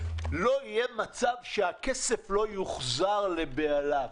לא יהיה מצב שהכסף לא יוחזר לבעליו,